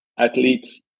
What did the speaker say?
Athletes